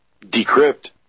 decrypt